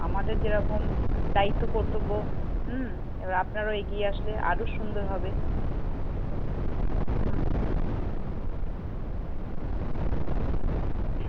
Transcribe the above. আমাদের যেরকম দায়িত্ব কর্তব্য হুম এবার আপনারাও এগিয়ে আসলে আরও সুন্দর হবে হুম